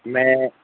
میں